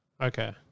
Okay